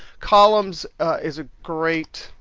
columns is a great,